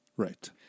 Right